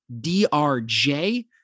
DRJ